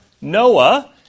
Noah